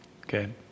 Okay